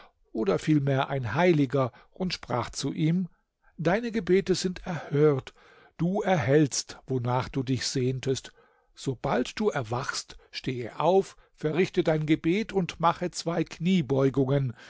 oder vielmehr ein heiliger und sprach zu ihm deine gebete sind erhört du erhältst wonach du dich sehntest sobald du erwachst stehe auf verrichte dein gebet und mach zwei kniebeugungen